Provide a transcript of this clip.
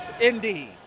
Indeed